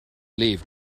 leave